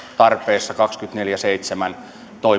tarpeessa kaksikymmentäneljä kautta seitsemän